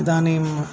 इदानीम्